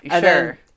Sure